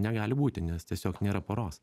negali būti nes tiesiog nėra poros